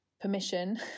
permission